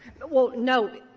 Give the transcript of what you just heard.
but well, no.